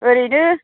ओरैनो